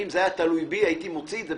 אם זה היה תלוי בי, הייתי מוציא את זה.